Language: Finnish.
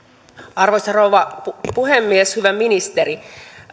arvoisa rouva puhemies hyvä ministeri